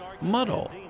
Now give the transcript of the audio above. muddle